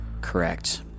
Correct